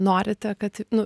norite kad nu